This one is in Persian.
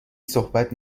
صحبت